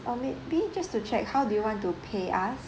or maybe just to check how do you want to pay us